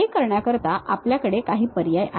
हे करण्याकरिता आपल्याकडे काही पर्याय आहेत